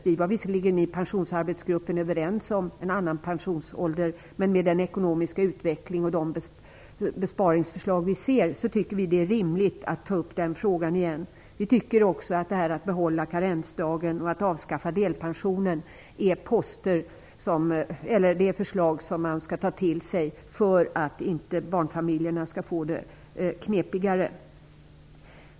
Vi var visserligen i pensionsarbetsgruppen överens om en annan pensionsålder, men med tanke på den ekonomiska utveckling och de besparingsförslag som föreligger tycker vi att det är rimligt att ta upp den frågan igen. Vi tycker också att ett behållande av karensdagen och ett avskaffande av delpensionen är förslag som man skall ta till sig för att barnfamiljerna inte skall få det knepigare.